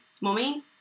Mummy